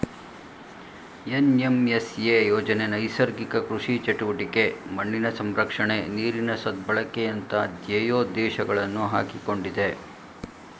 NMSA ಯೋಜನೆ ನೈಸರ್ಗಿಕ ಕೃಷಿ ಚಟುವಟಿಕೆ, ಮಣ್ಣಿನ ಸಂರಕ್ಷಣೆ, ನೀರಿನ ಸದ್ಬಳಕೆಯಂತ ಧ್ಯೇಯೋದ್ದೇಶಗಳನ್ನು ಹಾಕಿಕೊಂಡಿದೆ